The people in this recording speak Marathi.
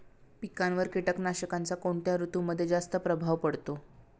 पिकांवर कीटकनाशकांचा कोणत्या ऋतूमध्ये जास्त प्रभाव पडतो?